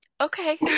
Okay